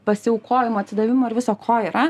pasiaukojimo atsidavimo ir viso ko yra